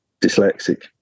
dyslexic